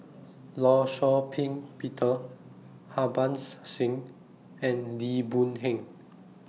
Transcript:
law Shau Ping Peter Harbans Singh and Lim Boon Heng